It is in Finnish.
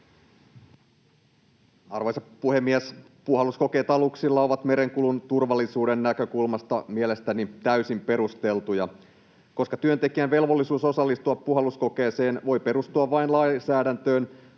Arvoisa puhemies! Puhalluskokeet aluksilla ovat merenkulun turvallisuuden näkökulmasta mielestäni täysin perusteltuja. Koska työntekijän velvollisuus osallistua puhalluskokeeseen voi perustua vain lainsäädäntöön,